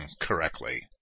correctly